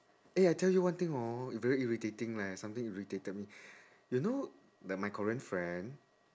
eh I tell you one thing hor very irritating leh something irritated me you know that my korean friend